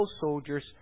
soldiers